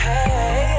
Hey